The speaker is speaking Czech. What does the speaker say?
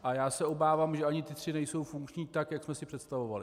A já se obávám, že ani ty tři nejsou funkční tak, jak jsme si představovali.